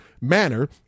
manner